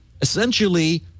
essentially